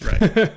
Right